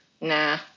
nah